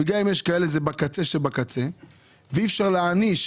וגם אם יש כאלה זה בקצה שבקצה ואי אפשר להעניש